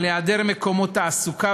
על היעדר מקומות תעסוקה,